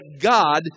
God